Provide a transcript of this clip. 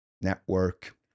network